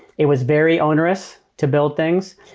it was very onerous to build things.